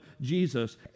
Jesus